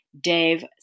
dave